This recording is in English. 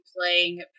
playing